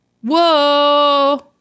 Whoa